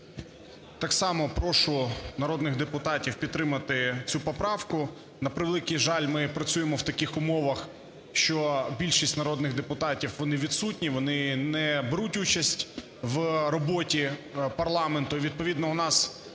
Так само прошу народних депутатів підтримати цю поправку. На превеликий жаль, ми працюємо в таких умовах, що більшість народних депутатів вони відсутні, вони не беруть участь в роботі парламенту,